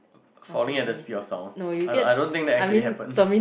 falling at the speed of sound I I don't think that actually happens